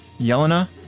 Yelena